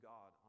God